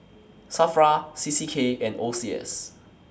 SAFRA C C K and O C S